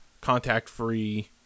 contact-free